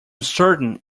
certain